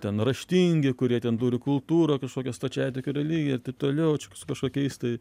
ten raštingi kurie ten turi kultūrą kažkokią stačiatikių religiją ir taip toliau čia su kažkokiais tai